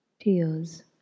tears